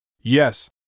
Yes